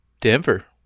Denver